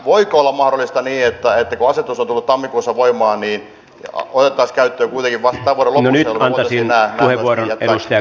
voiko olla mahdollista niin että kun asetus on tullut tammikuussa voimaan niin se otettaisiin käyttöön kuitenkin vasta tämän vuoden lopussa jolloin voitaisiin nämä myös jättää leikkaamatta